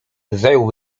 zajął